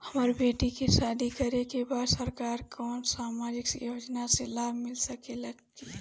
हमर बेटी के शादी करे के बा सरकार के कवन सामाजिक योजना से लाभ मिल सके ला?